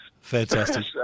Fantastic